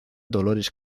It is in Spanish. dolores